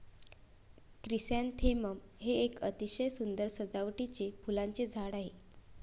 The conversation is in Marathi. क्रिसॅन्थेमम हे एक अतिशय सुंदर सजावटीचे फुलांचे झाड आहे